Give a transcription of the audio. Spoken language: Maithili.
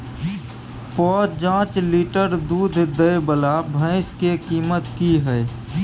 प जॉंच लीटर दूध दैय वाला भैंस के कीमत की हय?